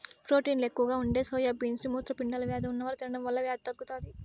ప్రోటీన్లు ఎక్కువగా ఉండే సోయా బీన్స్ ని మూత్రపిండాల వ్యాధి ఉన్నవారు తినడం వల్ల వ్యాధి తగ్గుతాది